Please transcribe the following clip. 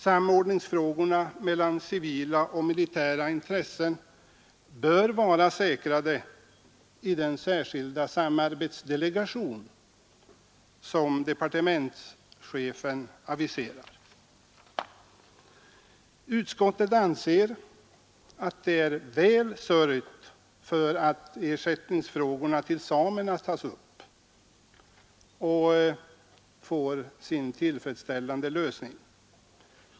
Samordningsfrågorna mellan civila och militära intressen bör vara säkrade i den särskilda samarbetsdelegation som departementschefen aviserar. Utskottet anser att det är väl sörjt för att ersättningsfrågorna för samerna tas upp och får en tillfredsställande lösning.